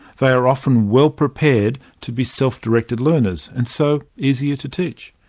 they are often well-prepared to be self-directed learners, and so easier to teach.